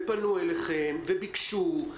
פנו אליכם וביקשו.